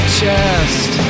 chest